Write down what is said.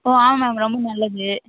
ஓ ஆமாம் மேம் ரொம்ப நல்லது